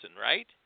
right